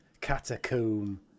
catacomb